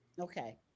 Okay